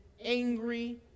angry